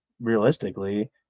realistically –